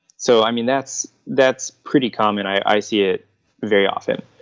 so i mean, that's that's pretty common. i see it very often.